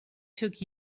took